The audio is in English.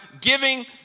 giving